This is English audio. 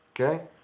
okay